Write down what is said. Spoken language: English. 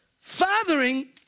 Fathering